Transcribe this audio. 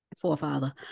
forefather